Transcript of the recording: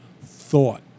thought